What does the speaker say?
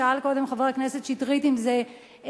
שאל קודם חבר הכנסת שטרית אם זה במזרח-ירושלים,